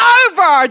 over